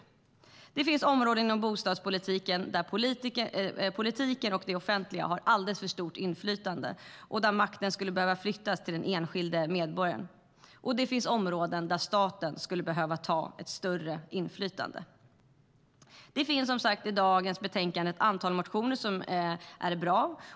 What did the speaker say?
Det finns områden inom bostadspolitiken där politiken och det offentliga har alldeles för stort inflytande och där makten skulle behöva flyttas till den enskilde medborgaren. Och det finns områden där staten skulle behöva ha större inflytande.I detta betänkande finns det som sagt ett antal motioner som är bra.